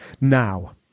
Now